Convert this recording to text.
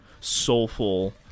soulful